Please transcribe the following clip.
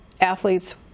athletes